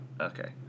okay